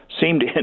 seemed